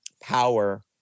power